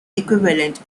equivalent